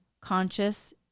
conscious